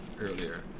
earlier